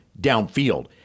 downfield